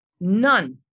None